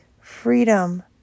freedom